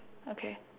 okay